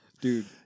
Dude